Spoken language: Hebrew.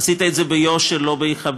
עשית את זה ביושר, לא בהיחבא,